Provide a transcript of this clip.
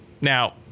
Now